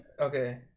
Okay